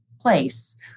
place